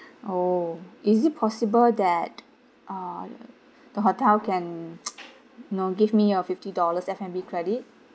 oh is it possible that ah the hotel can know give me a fifty dollars F&B credit